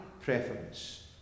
preference